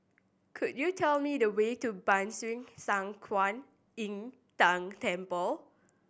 could you tell me the way to Ban Siew San Kuan Im Tng Temple